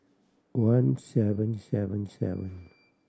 one seven seven seven